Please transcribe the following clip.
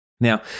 Now